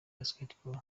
basketball